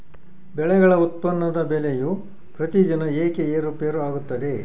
ಬೆಳೆಗಳ ಉತ್ಪನ್ನದ ಬೆಲೆಯು ಪ್ರತಿದಿನ ಏಕೆ ಏರುಪೇರು ಆಗುತ್ತದೆ?